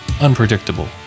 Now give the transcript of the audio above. unpredictable